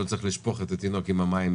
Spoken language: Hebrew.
שלא צריך לשפוך את התינוק עם המים,